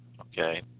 Okay